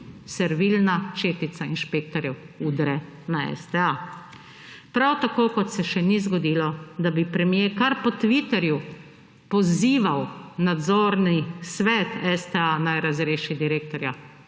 Servilna četica inšpektorjev vdre na STA. Prav tako kot se še ni zgodilo, da bi premier kar po Twitterju pozival nadzorni svet STA naj razreši direktorja.